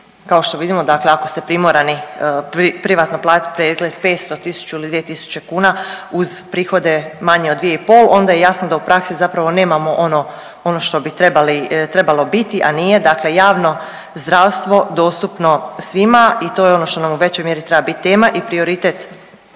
kao što vidimo, dakle ako ste primorani privatno platiti pregled 500, 1000 ili 2000 kuna uz prihode manje od 2 i pol, onda je jasno da u praksi zapravo nemamo ono što bi trebalo biti, a nije, dakle javno zdravstvo dostupno svima i to je ono što nam u većoj mjeri treba biti tema i prioritet